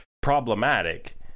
problematic